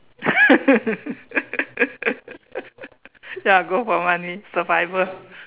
ya go for money survival